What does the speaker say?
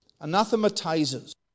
anathematizes